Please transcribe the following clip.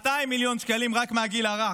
200 מיליון שקלים רק מהגיל הרך.